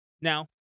Now